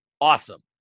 awesome